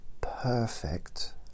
perfect